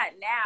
now